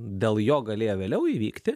dėl jo galėjo vėliau įvykti